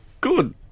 Good